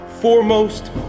foremost